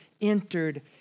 entered